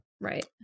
Right